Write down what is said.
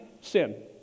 sin